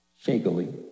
shakily